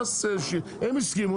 הם הסכימו,